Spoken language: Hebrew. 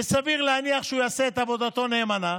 וסביר להניח שהוא יעשה את עבודתו נאמנה,